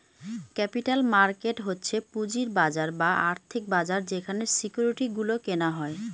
capital market হচ্ছে পুঁজির বাজার বা আর্থিক বাজার যেখানে সিকিউরিটি গুলো কেনা হয়